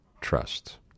trust